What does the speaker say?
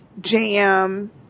Jam